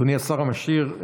אדוני השר המשיב,